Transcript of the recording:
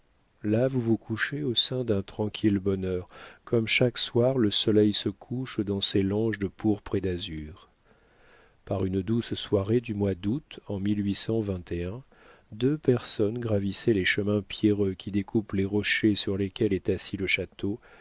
là vous vous couchez au sein d'un tranquille bonheur comme chaque soir le soleil se couche dans ses langes de pourpre et d'azur par une douce soirée du mois d'août en deux personnes gravissaient les chemins pierreux qui découpent les rochers sur lesquels est assis le château